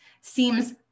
seems